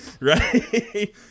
Right